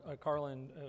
Carlin